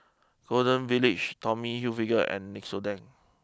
Golden Village Tommy Hilfiger and Nixoderm